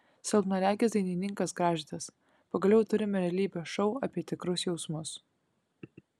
silpnaregis dainininkas gražvydas pagaliau turime realybės šou apie tikrus jausmus